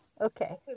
Okay